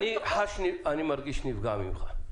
אני מרגיש נפגע ממך.